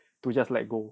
to just let go